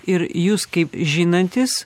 ir jūs kaip žinantis